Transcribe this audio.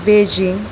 Beijing